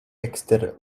ekster